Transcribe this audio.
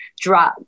drug